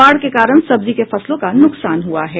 बाढ़ के कारण सब्जी के फसलों का नूकसान हुआ है